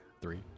Three